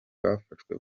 bafashwa